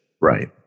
right